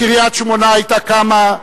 קריית-שמונה היתה קמה.